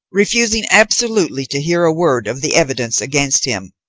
refusing absolutely to hear a word of the evidence against him,